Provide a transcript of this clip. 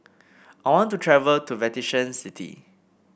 I want to travel to Vatican City